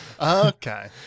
Okay